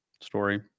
story